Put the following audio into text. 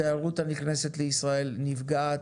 התיירות הנכנסת לישראל נפגעת.